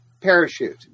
parachute